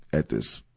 at this,